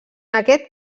aquest